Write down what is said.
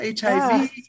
HIV